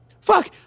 Fuck